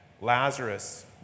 Lazarus